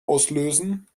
auslösen